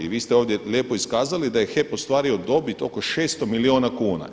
Vi ste ovdje lijepo iskazali da je HEP ostvario dobit oko 600 milijuna kuna.